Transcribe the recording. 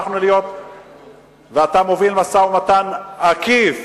אתה מוביל משא-ומתן עקיף,